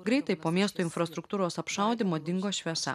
greitai po miesto infrastruktūros apšaudymo dingo šviesa